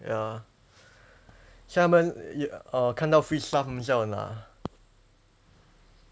ya 所以他们 y~ err 看到 free stuff 就要拿